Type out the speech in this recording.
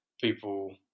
people